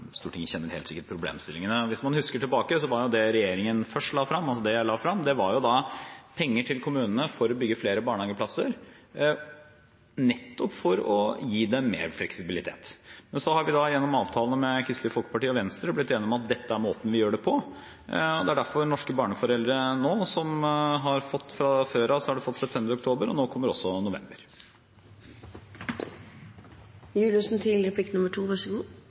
Stortinget kjenner helt sikkert problemstillingene. Hvis man husker tilbake, la regjeringen og jeg først frem penger til kommunene for å bygge flere barnehageplasser – nettopp for å gi dem mer fleksibilitet. Men så har vi gjennom avtalen med Kristelig Folkeparti og Venstre blitt enig om at dette er måten vi gjør det på. Det er derfor norske barneforeldre fra før av har fått september og oktober, og nå kommer også november. Det er bra, det. Det er i tråd med det vi hele tiden har ment, foreslått og lagt inn penger til